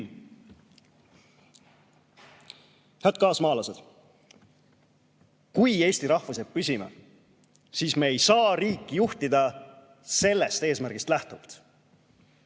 kaasmaalased! Kui eesti rahvus jääb püsima, siis me ei saa riiki juhtida sellest eesmärgist lähtuvalt.